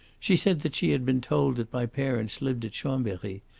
she said that she had been told that my parents lived at chambery,